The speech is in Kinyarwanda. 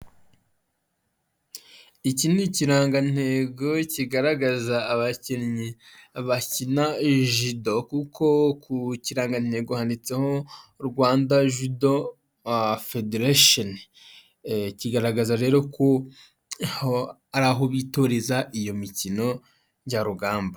Iki ni ikirangantego kigaragaza abakinnyi bakina jido, kuko ku kirangantego handitseho Rwanda Judo Federation, kigaragaza rero ko aho ari aho bitoreza iyo mikino njyarugamba.